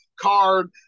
card